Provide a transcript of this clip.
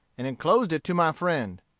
and enclosed it to my friend.